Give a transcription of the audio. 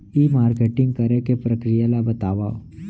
ई marketing करे के प्रक्रिया ला बतावव?